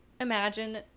imagine